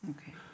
Okay